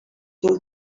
till